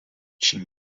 čím